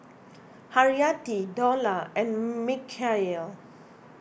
Haryati Dollah and Mikhail